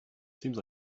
seems